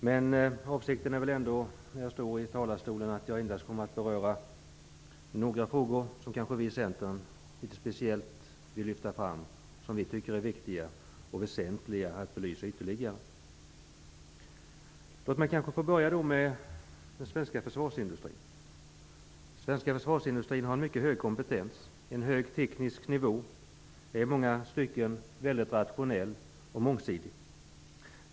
Men avsikten med att jag står här i talarstolen är ändå att jag endast skall beröra några frågor som vi i Centern vill lyfta fram, frågor som vi tycker är viktiga och väsentliga att ytterligare belysa. Jag vill börja med den svenska försvarsindustrin. Den svenska försvarsindustrin har en mycket hög kompetens, en hög teknisk nivå och den är i långa stycken mycket rationell och mångsidig.